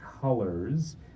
colors